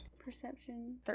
Perception